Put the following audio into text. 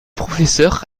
professeur